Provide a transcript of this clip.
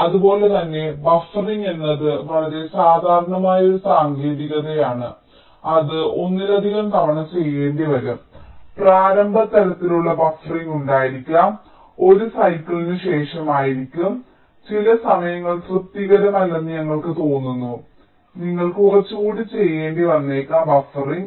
അതുപോലെ തന്നെ ബഫറിംഗ് എന്നത് വളരെ സാധാരണമായ ഒരു സാങ്കേതികതയാണ് അത് ഒന്നിലധികം തവണ ചെയ്യേണ്ടിവരും പ്രാരംഭ തലത്തിലുള്ള ബഫറിംഗ് ഉണ്ടായിരിക്കാം 1 സൈക്കിളിന് ശേഷമായിരിക്കാം ചില സമയങ്ങൾ തൃപ്തികരമല്ലെന്ന് ഞങ്ങൾക്ക് തോന്നുന്നു നിങ്ങൾക്ക് കുറച്ച് കൂടി ചെയ്യേണ്ടി വന്നേക്കാം ബഫറിംഗ്